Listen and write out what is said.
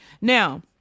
Now